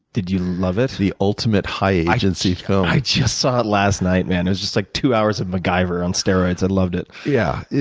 did you love it? the ultimate high agency film. i just saw it last night, man. it was just like two hours of macgyver on steroids. i loved it. yeah,